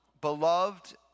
beloved